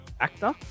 actor